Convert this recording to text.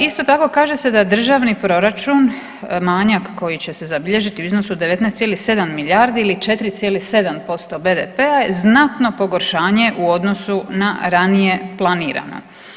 Isto tako kaže se da državni proračun, manjak koji će se zabilježiti u iznosu od 19,7 milijardi ili 4,7% BDP-a je znatno pogoršanje u odnosu na ranije planirano.